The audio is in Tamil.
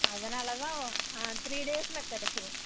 அதனால் தான் த்ரீ டேஸில் கிடச்சிரும்